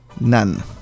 None